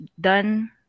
done